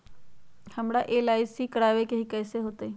हमरा एल.आई.सी करवावे के हई कैसे होतई?